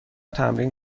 تمرین